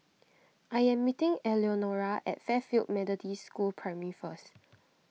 I am meeting Eleonora at Fairfield Methodist School Primary first